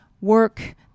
work